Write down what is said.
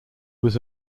was